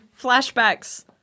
flashbacks